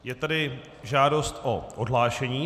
Je tady žádost o odhlášení.